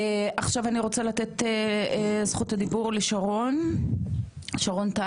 עכשיו אני רוצה לתת זכות הדיבור לשרון טל,